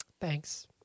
Thanks